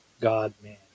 God-man